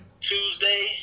Tuesday